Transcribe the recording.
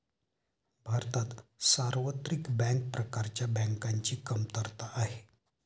भारतात सार्वत्रिक बँक प्रकारच्या बँकांची कमतरता आहे